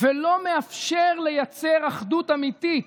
ולא מאפשר לייצר אחדות אמיתית.